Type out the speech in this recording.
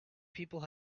people